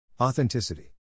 Authenticity